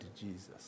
Jesus